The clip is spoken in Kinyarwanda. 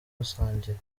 basangira